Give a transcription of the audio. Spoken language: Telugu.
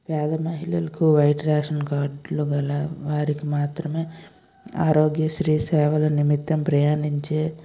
పేద మహిళలకు వైట్ రేషన్ కార్డ్లు గల వారికి మాత్రమే ఆరోగ్య శ్రీ సేవల నిమిత్తం ప్రయాణించే